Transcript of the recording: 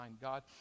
God